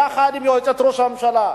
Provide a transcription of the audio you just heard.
יחד עם יועצת ראש הממשלה,